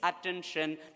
attention